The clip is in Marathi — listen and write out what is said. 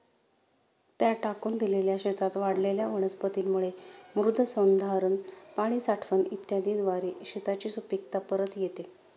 त्या टाकून दिलेल्या शेतात वाढलेल्या वनस्पतींमुळे मृदसंधारण, पाणी साठवण इत्यादीद्वारे शेताची सुपीकता परत येते